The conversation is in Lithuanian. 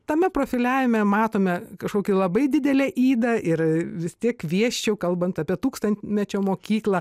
tame profiliavime matome kažkokį labai didelę ydą ir vis tiek kviesčiau kalbant apie tūkstantmečio mokyklą